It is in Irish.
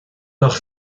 nach